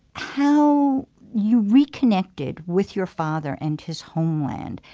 how you reconnected with your father and his homeland.